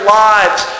lives